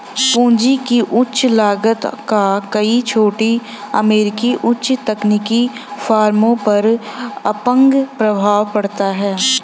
पूंजी की उच्च लागत का कई छोटी अमेरिकी उच्च तकनीकी फर्मों पर अपंग प्रभाव पड़ता है